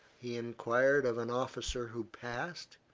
he enquired of an officer who passed.